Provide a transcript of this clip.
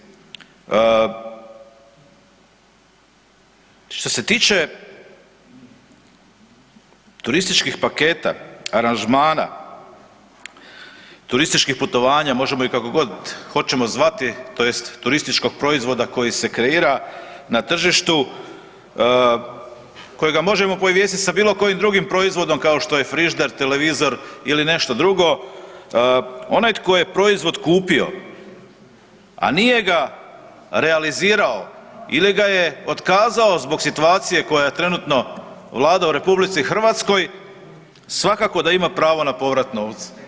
Što se tiče turističkih paketa, aranžmana, turističkih putovanja, možemo ih kako god hoćemo zvati, tj. turističkog proizvoda koji se kreira na tržištu, kojega možemo poistovjetiti sa bilokojim drugim proizvodom kao što je frižider, televizor ili nešto drugo, onaj tko je proizvod kupio, a nije ga realizirao ili ga je otkazao zbog situacije koja trenutno vlada u RH, svakako da ima pravo na povrat novca.